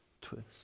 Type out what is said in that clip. Twist